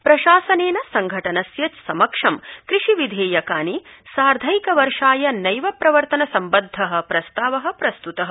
प्रशासनेन संघटनस्य समक्षं कृषि विधेयकानि सार्धैक वर्षाय नैव प्रवर्तन सम्बद्धः प्रस्ताव प्रस्त्र्तः